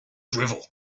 drivel